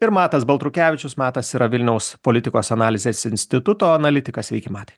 ir matas baltrukevičius matas yra vilniaus politikos analizės instituto analitikas sveiki matai